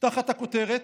תחת הכותרת: